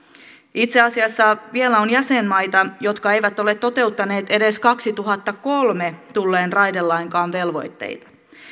itse asiassa vielä on jäsenmaita jotka eivät ole toteuttaneet edes kaksituhattakolme tulleen raidelain velvoitteita